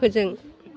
फोजों